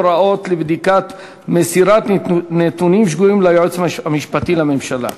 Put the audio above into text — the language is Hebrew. הוראה לבדיקת מסירת נתונים שגויים ליועץ המשפטי לממשלה.